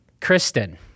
Kristen